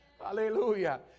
Hallelujah